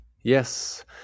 Yes